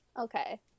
Okay